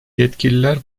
yetkililer